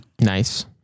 Nice